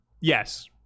yes